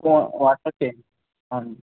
వా వాట్సాప్ చేయండి అవునండి